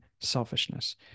selfishness